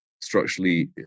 structurally